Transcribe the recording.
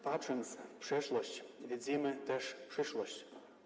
Patrząc w przeszłość, widzimy też przyszłość.